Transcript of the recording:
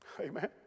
Amen